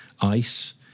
ice